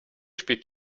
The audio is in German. spielt